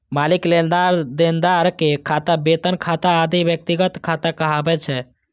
मालिक, लेनदार, देनदार के खाता, वेतन खाता आदि व्यक्तिगत खाता कहाबै छै